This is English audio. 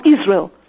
Israel